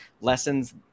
lessons